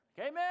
Amen